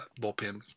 bullpen